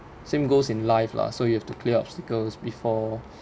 same goes in life lah so you have to clear obstacles before